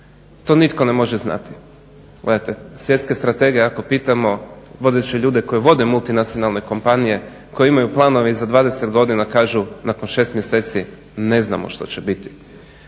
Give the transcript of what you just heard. To nitko ne može znati. Gledajte svjetske strategije pitamo vodeće ljude koji vode multinacionalne kompanije, koji imaju planove za 20 godina kažu nakon šest mjeseci ne znamo što će biti.